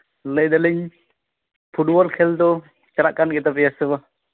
ᱞᱟᱹᱭ ᱫᱟᱹᱞᱤᱧ ᱯᱷᱩᱴᱵᱚᱞ ᱠᱷᱮᱹᱞ ᱫᱚ ᱪᱟᱞᱟᱜ ᱠᱟᱱ ᱜᱮ ᱛᱟᱯᱮᱭᱟ ᱥᱮ ᱵᱟᱝ